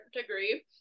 degree